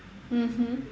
mmhmm